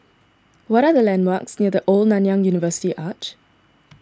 what are the landmarks near the Old Nanyang University Arch